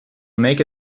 make